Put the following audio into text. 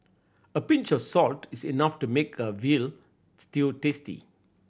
a pinch of salt is enough to make a veal stew tasty